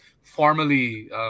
formally